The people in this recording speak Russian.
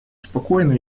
спокойно